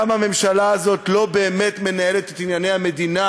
כמה הממשלה הזאת לא באמת מנהלת את ענייני המדינה.